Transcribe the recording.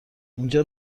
اینجا